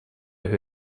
who